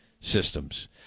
systems